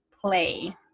play